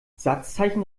satzzeichen